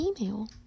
email